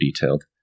detailed